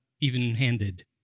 even-handed